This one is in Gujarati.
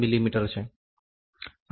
મી છે